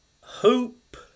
hope